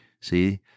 See